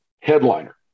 headliner